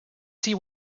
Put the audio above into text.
see